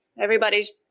Everybody's